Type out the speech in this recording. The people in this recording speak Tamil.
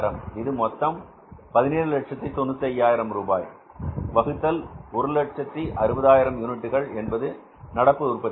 எனவே இது மொத்தம் 1795000 வகுத்தல் 160000 யூனிட்டுகள் என்பது நடப்பு உற்பத்தி